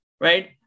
right